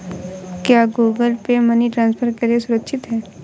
क्या Google Pay money transfer के लिए सुरक्षित है?